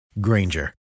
Granger